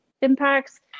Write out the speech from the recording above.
impacts